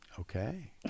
Okay